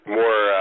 more